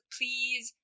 Please